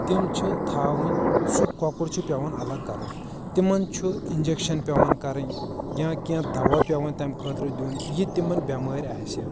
تِم چھِ تھاوٕنۍ سُہ کۄکُر چھُ پٮ۪وان الگ کرُن تِمن چھُ انجکشن پٮ۪وان کرٕنۍ یا کینٛہہ دوا پٮ۪وان تیٚمہِ خٲطرٕ دِیُن یہِ تِمن بٮ۪مٲر آسہِ